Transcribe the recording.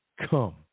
come